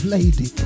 Lady